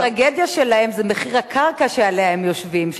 אולי הטרגדיה שלהם זה מחיר הקרקע שעליה הם יושבים,